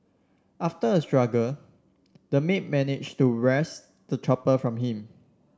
after a struggle the maid managed to wrest the chopper from him